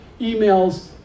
emails